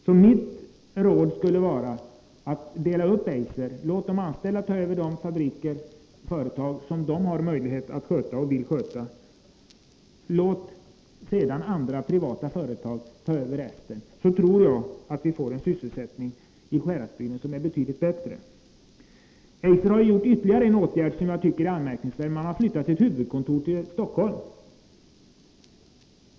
Så mitt råd skulle vara att dela upp Eiser och låta de anställda ta över de fabriker och företag som de har möjlighet att sköta och vill sköta. Låt sedan andra privata företag ta över resten. Då tror jag att vi får en betydligt bättre sysselsättning i Sjuhäradsbygden. Eiser har vidtagit ytterligare en åtgärd som jag tycker är anmärkningsvärd. Man har flyttat sitt huvudkontor till Stockholm.